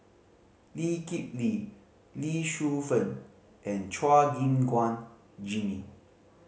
Lee Kip Lee Lee Shu Fen and Chua Gim Guan Jimmy